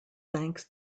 thanks